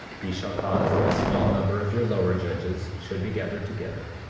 ye shall cause that a small number of your lower judges should be gathered together,